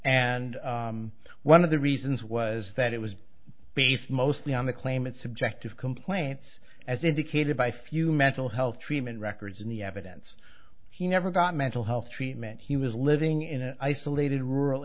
and one of the reasons was that it was based mostly on the claim it's subjective complaints as indicated by few mental health treatment records in the evidence he never got mental health treatment he was living in an isolated rural